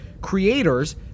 creators